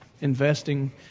investing